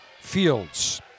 Fields